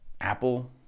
Apple